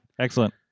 excellent